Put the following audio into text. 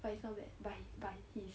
but it's not bad by by his